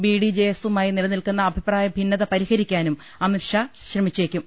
B D J S മായി നിലനിൽക്കുന്ന അഭിപ്രായഭിന്നത പരിഹരിക്കാനും അമിത്ഷാ ശ്രമിച്ചേക്കും